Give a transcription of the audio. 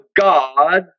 God